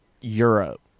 Europe